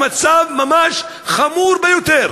המצב ממש חמור ביותר.